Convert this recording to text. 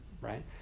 right